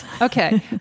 Okay